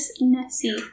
Nessie